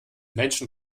menschen